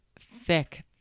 thick